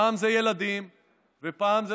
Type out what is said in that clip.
במקום למנוע את ההסתה בספרי הלימוד,